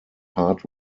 hard